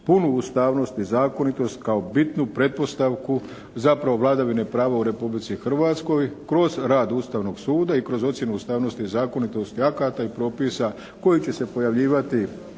punu ustavnost i zakonitost kao bitnu pretpostavku zapravo vladavine prava u Republici Hrvatskoj kroz rad Ustavnog suda i kroz ocjenu ustavnosti i zakonitosti akata i propisa koji će se pojavljivati